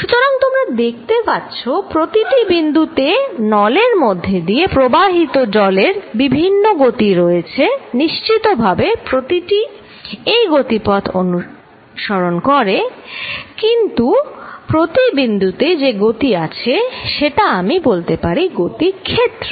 সুতরাং তোমরা দেখতে পাচ্ছ প্রতিটি বিন্দুতে নলের মধ্য দিয়ে প্রবাহিত জলের বিভিন্ন গতি রয়েছে নিশ্চিত ভাবে প্রতিটি এই গতিপথ অনুসরণ করে কিন্তু প্রতি বিন্দুতে যে গতি আছে সেটা আমি বলতে পারি গতি ক্ষেত্র